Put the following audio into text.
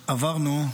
שעברנו,